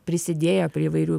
prisidėjo prie įvairių